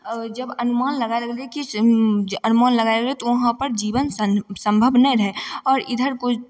जब अनुमान लगायल गेलै कि अनुमान लगायल गेलै तऽ वहाँपर जीवन सम सम्भव नहि रहय आओर इधर